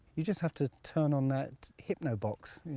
you just have to turn on that hypno-box,